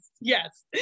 yes